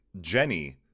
Jenny